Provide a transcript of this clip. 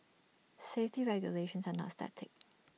safety regulations are not static